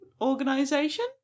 organization